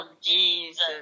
Jesus